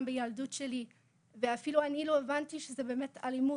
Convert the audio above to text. בילדות שלי ואפילו אני לא הבנתי שזו באמת אלימות,